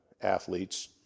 athletes